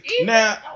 now